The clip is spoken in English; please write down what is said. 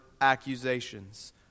accusations